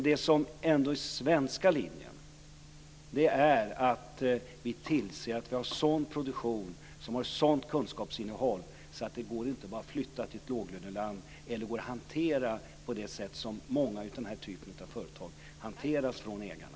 Det som är den svenska linjen är att vi tillser att vi har sådan produktion som har sådant kunskapsinnehåll att det inte bara går att flytta till ett låglöneland eller går att hantera på det sätt som många av den här typen av företag hanteras från ägarna.